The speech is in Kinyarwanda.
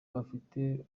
bafite